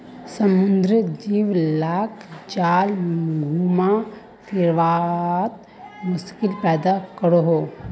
समुद्रेर जीव लाक जाल घुमा फिरवात मुश्किल पैदा करोह